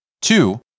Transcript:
Two